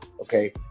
okay